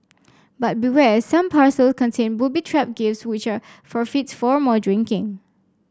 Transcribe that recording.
but beware some parcel contain booby trap gifts which are forfeits for more drinking